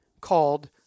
called